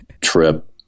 trip